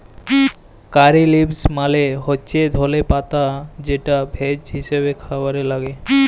কারী leaves মালে হচ্যে ধলে পাতা যেটা ভেষজ হিসেবে খাবারে লাগ্যে